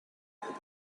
happen